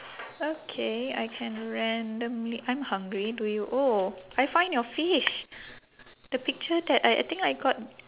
okay I can randomly I'm hungry do you oh I find your fish the picture that I I think I got